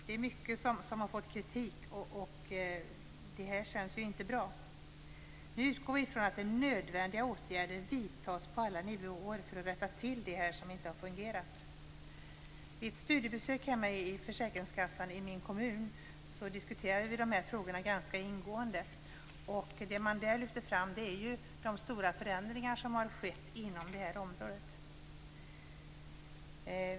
Det är mycket som har fått kritik, och det känns inte bra. Vi utgår från att nödvändiga åtgärder vidtas på alla nivåer för att rätta till det som inte har fungerat. Vid ett studiebesök vid försäkringskassan i min kommun diskuterade vi dessa frågor ganska ingående. Det som man där lyfte fram var de stora förändringar som har skett inom detta område.